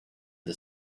the